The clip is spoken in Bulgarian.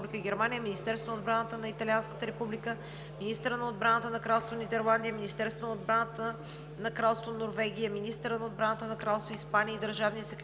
Министерството на отбраната на Италианската република, министъра на отбраната на Кралство Нидерландия, Министерството на отбраната на Кралство Норвегия, министъра на отбраната на Кралство Испания и държавния секретар